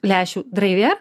lęšių drive air